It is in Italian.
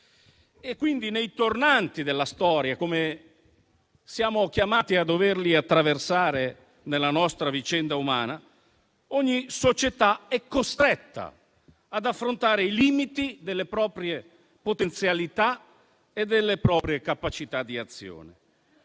Quindi nei tornanti della storia, che siamo chiamati a dover attraversare nella nostra vicenda umana, ogni società è costretta ad affrontare i limiti delle proprie potenzialità e delle proprie capacità di azione.